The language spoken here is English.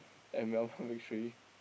and Melbourne-Victory